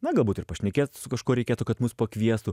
na galbūt ir pašnekėt su kažkuo reikėtų kad mus pakviestų